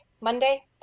Monday